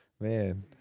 Man